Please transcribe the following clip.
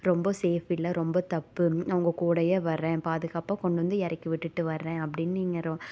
ரொம்ப சேஃப் இல்லை ரொம்ப தப்பு நான் உங்கள்கூடையே வரேன் பாதுகாப்பாக கொண்டு வந்து இறக்கி விட்டுட்டு வரேன் அப்படின்னு நீங்கள்